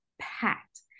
packed